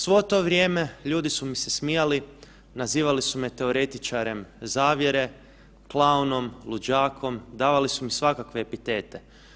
Svo to vrijeme ljudi su nam se smijali, nazivali su me teoretičarem zavjere, klaunom, luđakom, davali su mi svakakve epitete.